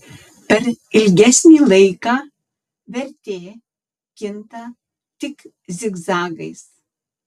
per ilgesnį laiką vertė kinta tik zigzagais